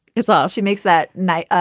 it's all she makes that night. ah